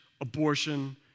abortion